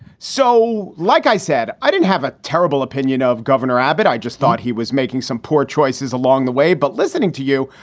so, like i said, i didn't have a terrible opinion of governor abbott. i just thought he was making some poor choices along the way. but listening to you,